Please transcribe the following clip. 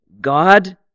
God